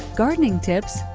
gardening tips,